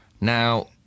Now